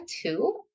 two